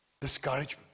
discouragement